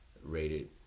rated